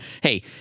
hey